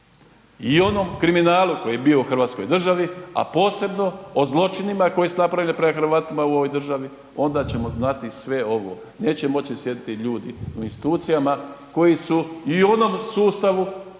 i onom kriminalu koji je bio u hrvatskoj državi, a posebno o zločinima koji su napravili prema Hrvatima u ovoj državi, onda ćemo znati sve ovo, neće moći sjediti ljudi u institucijama koji su i u onom sustavu